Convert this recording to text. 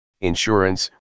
insurance